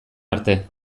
arte